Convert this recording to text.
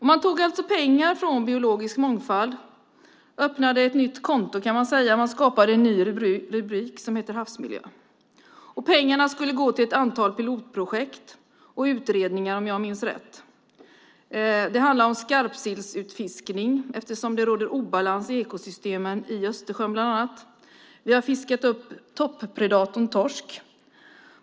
Man tog pengar från posten för biologisk mångfald och öppnade ett nytt konto, kan man säga, då man skapade en ny rubrik med namnet havsmiljö. Pengarna skulle gå till ett antal pilotprojekt och utredningar, om jag minns rätt. Det handlar om skarpsillsutfiskning, eftersom det råder obalans i ekosystemen i Östersjön bland annat. Vi har fiskat upp toppredatorn torsk.